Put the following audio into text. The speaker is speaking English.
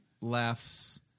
laughs